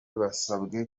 basabwe